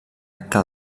que